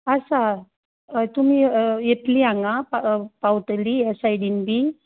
आसा तुमी येतलीं हांगां पा पावतली ह्या सायडीन बी